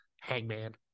Hangman